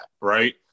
right